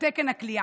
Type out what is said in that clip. את תקן הכליאה,